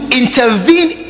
intervene